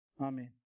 Amen